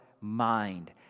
mind